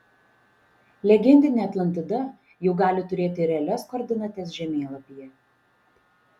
legendinė atlantida jau gali turėti realias koordinates žemėlapyje